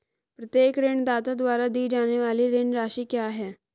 प्रत्येक ऋणदाता द्वारा दी जाने वाली ऋण राशि क्या है?